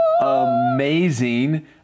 amazing